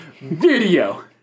Video